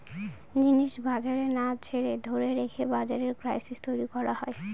জিনিস বাজারে না ছেড়ে ধরে রেখে বাজারে ক্রাইসিস তৈরী করা হয়